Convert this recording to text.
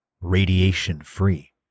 radiation-free